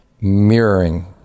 mirroring